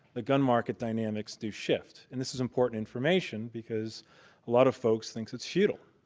the gun market dynamics do shift. and this is important information, because a lot of folks think it's futile,